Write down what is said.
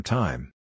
time